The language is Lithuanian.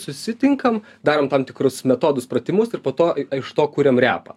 susitinkam darom tam tikrus metodus pratimus ir po to iš to kuriam repą